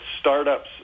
startups